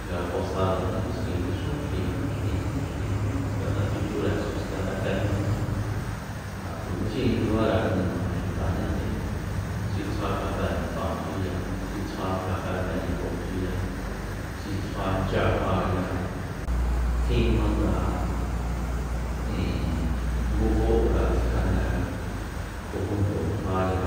Nga posadani xki nguixú xki jñu xki jñu skanda fichura skanda kañuju ja tu mí xi jindibare anima'e xutañande xi tsjua cafe nipanchiya xi tsjua ndayajóochiya tsjua nchajaya tjin jmanga ijin ngu jó ura tsikjane cojunto ja ya